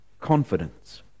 confidence